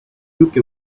took